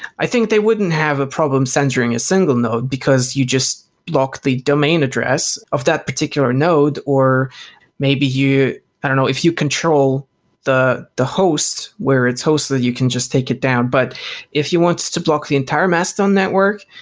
i think they wouldn't have a problem censoring a single node, because you just lock the domain address of that particular node or maybe you i don't know. if you control the the hosts where it's hosted, you can just take it down, but if you want to block the entire mastodon network,